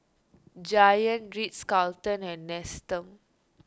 Giant Ritz Carlton and Nestum